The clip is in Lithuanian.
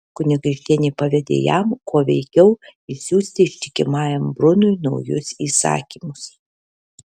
kunigaikštienė pavedė jam kuo veikiau išsiųsti ištikimajam brunui naujus įsakymus